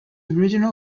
original